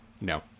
no